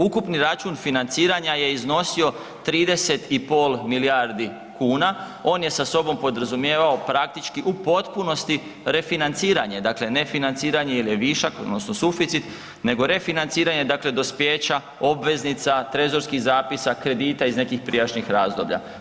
Ukupni račun financiranja je iznosio 30,5 milijardi kuna, on je sa sobom podrazumijevao praktički u potpunosti refinanciranje, dakle, ne financiranje jer je višak odnosno suficit, nego refinanciranje dakle dospijeća obveznica, trezorskih zapisa, kredita iz nekih prijašnjih razdoblja.